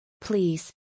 Please